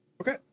Okay